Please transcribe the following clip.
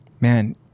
man